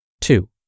Two